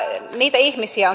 niitä ihmisiä